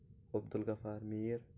Abdul Ghaffar Mir